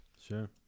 Sure